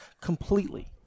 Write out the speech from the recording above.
completely